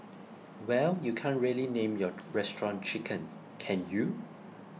well you can't really name your restaurant 'Chicken' can you